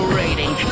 rating